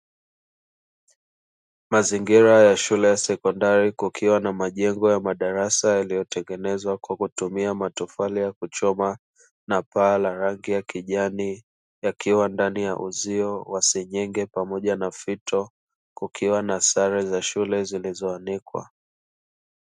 Mazingira ya shule ya sekondari, kukiwa na majengo ya madarasa yaliyotengenezwa kwa kutumia matofali ya kuchoma na paa la rangi ya kijani, yakiwa ndani ya uzio wa senyenge pamoja na fito, kukiwa na sare za shule zilizoanikwa.